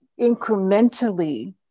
incrementally